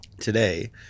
today